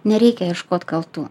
nereikia ieškot kaltų